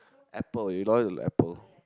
Apple you loyal to apple